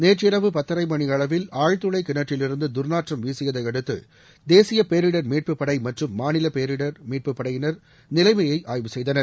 நேற்றிரவு பத்தரை மணியளவில் ஆழ்துளை கிணற்றிலிருந்து தர்நாற்றம் வீசியதையடுத்து தேசிய பேரிடர் மீட்புப் படை மற்றும் மாநில பேரிடர் மீட்புப் படையினர் நிலைமையை ஆய்வு செய்தனர்